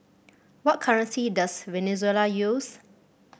what currency does Venezuela use